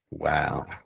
Wow